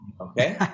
Okay